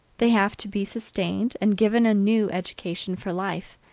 they have to be sustained and given a new education for life.